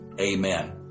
Amen